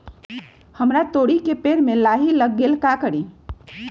हमरा तोरी के पेड़ में लाही लग गेल है का करी?